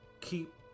keep